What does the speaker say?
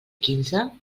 quinze